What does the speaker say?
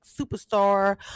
Superstar